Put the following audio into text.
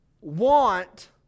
want